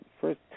first